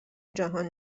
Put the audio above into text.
جهان